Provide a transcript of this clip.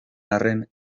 arren